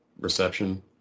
reception